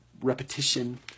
repetition